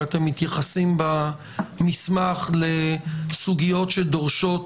כי אתם מתייחסים במסמך לסוגיות שדורשות